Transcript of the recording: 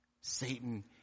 Satan